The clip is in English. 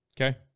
Okay